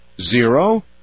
Zero